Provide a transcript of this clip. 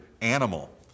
animal